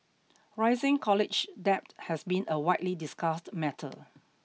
rising college debt has been a widely discussed matter